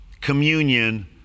communion